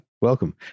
welcome